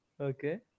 Okay